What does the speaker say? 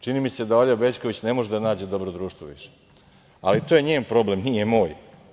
Čini mi se da Olja Bećković ne može da nađe dobro društvo više, ali to je njen problem, nije moj.